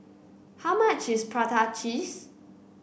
how much is Prata Cheese